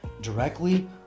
directly